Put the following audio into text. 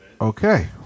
Okay